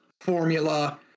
formula